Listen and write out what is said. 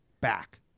back